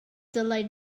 dylai